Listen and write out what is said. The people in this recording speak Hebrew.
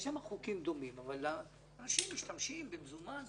יש שם חוקים דומים אבל אנשים משתמשים במזומן.